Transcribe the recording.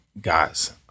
guys